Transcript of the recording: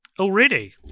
already